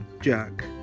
Jack